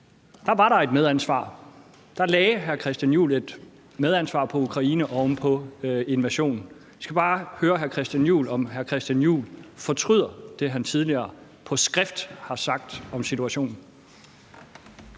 situationen i Ukraine, lagde hr. Christian Juhl et medansvar på Ukraine oven på invasionen. Jeg skal bare høre hr. Christian Juhl, om hr. Christian Juhl fortryder det, han tidligere på skrift har meddelt om situationen.